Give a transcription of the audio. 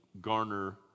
garner